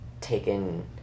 taken